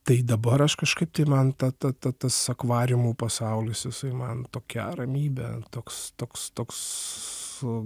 tai dabar aš kažkaip tai man ta ta ta tas akvariumo pasaulis jisai man tokia ramybė toks toks toks su